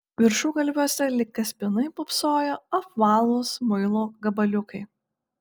viršugalviuose lyg kaspinai pūpsojo apvalūs muilo gabaliukai